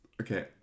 Okay